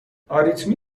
آریتمی